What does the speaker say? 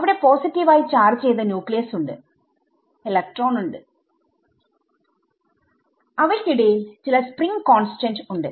അവിടെ പോസിറ്റീവ് ആയി ചാർജ് ചെയ്ത ന്യൂക്ലിയസ് ഉണ്ട് ഇലക്ട്രോൺ ഉണ്ട് അവയ്ക്കിടയിൽ ചില സ്പ്രിംഗ് കോൺസ്റ്റന്റ് ഉണ്ട്